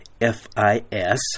F-I-S